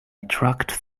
attract